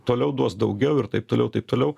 toliau duos daugiau ir taip toliau taip toliau